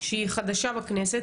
שהיא חדשה בכנסת,